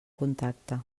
contacte